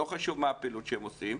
ולא חשוב מה הפעילות שהם עושים,